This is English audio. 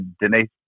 Denise